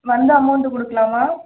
வந்து அமௌண்ட்டு கொடுக்குலாமா